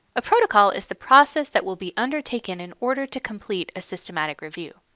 a protocol is the process that will be undertaken in order to complete a systematic review.